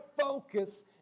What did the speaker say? focus